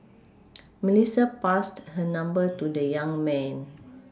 Melissa passed her number to the young man